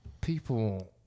people